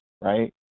right